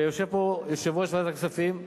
ויושב פה יושב-ראש ועדת הכספים,